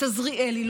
את עזריאלי,